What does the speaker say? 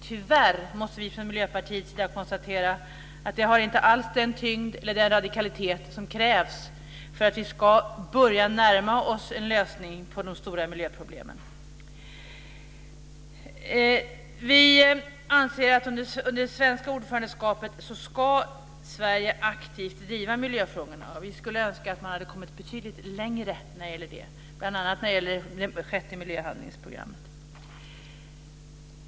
Tyvärr måste vi från Miljöpartiets sida konstatera att det inte alls har den tyngd eller den radikalitet som krävs för att vi ska börja närma oss en lösning på de stora miljöproblemen. Vi anser att Sverige under det svenska ordförandeskapet aktivt ska driva miljöfrågorna. Och vi skulle önska att man hade kommit betydligt längre när det gäller detta, bl.a. när det gäller det sjätte miljöhandlingsprogrammet.